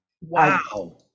Wow